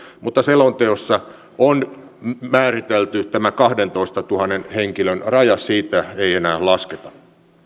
mutta selonteossa on määritelty tämä kahdentoistatuhannen henkilön raja siitä ei enää lasketa